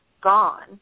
gone